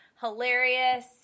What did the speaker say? hilarious